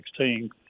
2016